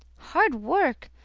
hard work!